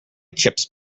chips